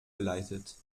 geleitet